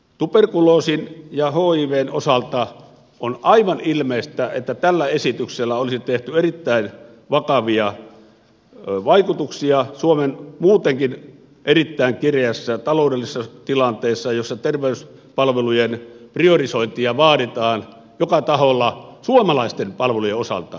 tuberkuloosin ja hivn osalta on aivan ilmeistä että tällä esityksellä olisi tehty erittäin vakavia vaikutuksia suomen muutenkin erittäin kireässä taloudellisessa tilanteessa jossa terveyspalvelujen priorisointia vaaditaan joka taholla suomalaisten palvelujen osalta